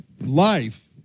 life